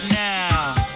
now